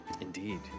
Indeed